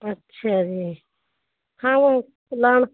ਅੱਛਾ ਜੀ ਹਾਂ ਲਾਣ